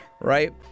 right